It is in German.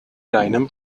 deinem